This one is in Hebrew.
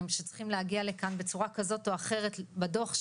שצריכים להגיע לכאן בצורה כזאת או אחרת בדוח,